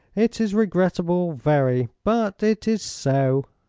it is regrettable, very but it is so.